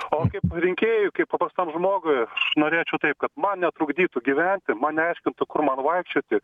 o kaip rinkėjui kaip paprastam žmogui aš norėčiau taip kad man netrukdytų gyventi man neaiškintų kur man vaikščioti